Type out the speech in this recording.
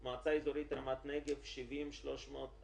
מועצה אזורית רמת נגב 70,344,